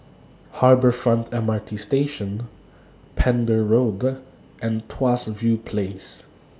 Harbour Front M R T Station Pender Road and Tuas View Place